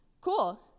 Cool